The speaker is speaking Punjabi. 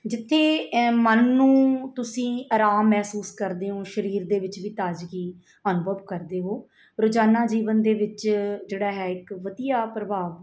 ਜਿੱਥੇ ਮਨ ਨੂੰ ਤੁਸੀਂ ਆਰਾਮ ਮਹਿਸੂਸ ਕਰਦੇ ਹੋ ਸਰੀਰ ਦੇ ਵਿੱਚ ਵੀ ਤਾਜ਼ਗੀ ਅਨੁਭਵ ਕਰਦੇ ਹੋ ਰੋਜ਼ਾਨਾ ਜੀਵਨ ਦੇ ਵਿੱਚ ਜਿਹੜਾ ਹੈ ਇੱਕ ਵਧੀਆ ਪ੍ਰਭਾਵ